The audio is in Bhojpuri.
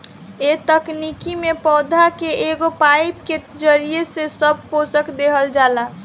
ए तकनीकी में पौधा के एगो पाईप के जरिया से सब पोषक देहल जाला